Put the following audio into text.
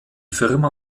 firma